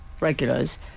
regulars